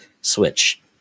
Switch